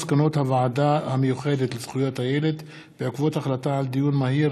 מסקנות הוועדה המיוחדת לזכויות הילד בעקבות דיון מהיר